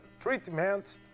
treatment